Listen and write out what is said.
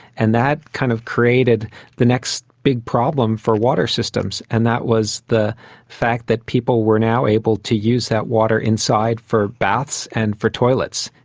and that kind of created the next big problem for water systems and that was the fact that people were now able to use that water inside for baths and for toilets.